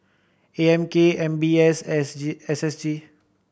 A M K M B S S G S S G